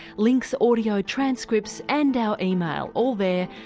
links, audio, transcripts and our email all there.